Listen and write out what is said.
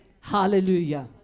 Hallelujah